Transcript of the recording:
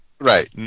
Right